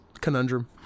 conundrum